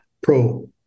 pro